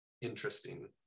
interesting